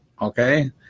okay